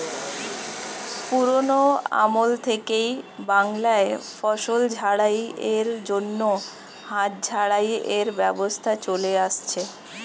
পুরোনো আমল থেকেই বাংলায় ফসল ঝাড়াই এর জন্য হাত ঝাড়াই এর ব্যবস্থা চলে আসছে